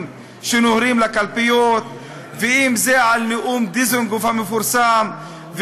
שנוהרים לקלפיות ואם בנאום דיזנגוף המפורסם,